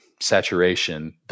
saturation